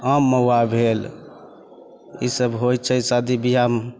आम महुआ भेल ईसब होइ छै शादी बिआहमे